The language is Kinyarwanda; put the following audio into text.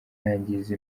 yangiza